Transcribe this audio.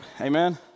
Amen